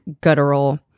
guttural